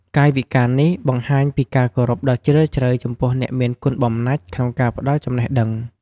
កាយវិការនេះបង្ហាញពីការគោរពដ៏ជ្រាលជ្រៅចំពោះអ្នកមានគុណបំណាច់ក្នុងការផ្ដល់ចំណេះដឹង។